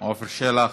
עפר שלח,